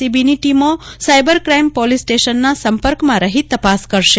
સીબીની ટીમો cyber crime police સ્ટેશનના સંપર્કમાં રહી તપાસ કરશે